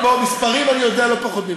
מספרים אני יודע לא פחות ממך,